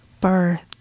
birth